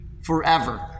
forever